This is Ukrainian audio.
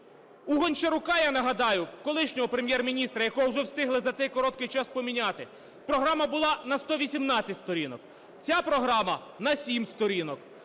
У Гончарука, я нагадаю, колишнього Прем’єр-міністра, якого вже встигли за цей короткий час поміняти, програма була на 118 сторінок, ця програма – на 7 сторінок.